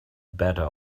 better